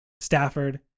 Stafford